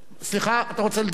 סליחה, אתה רוצה לדבר?